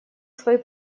свой